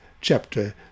chapter